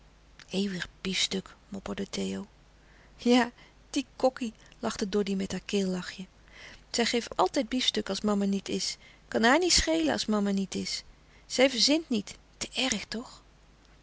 eeuwig biefstuk mopperde theo ja die kokkie lachtte doddy met haar keellachje zij geef altijd biefstuk als mama niet is kan haar niet schelen als mama niet is zij verzint niet te erg toch